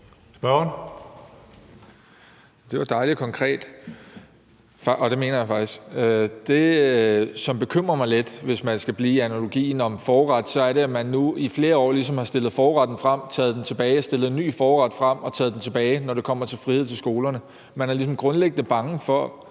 Det var dejlig konkret, og det mener jeg faktisk. Det, som bekymrer mig lidt, hvis man skal blive i allegorien med forret, er, at man nu i flere år har stillet forretten frem, taget den tilbage, stillet en ny forret frem og taget den tilbage, når det kommer til frihed til skolerne. Man er ligesom grundlæggende bange for